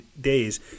days